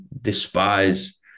despise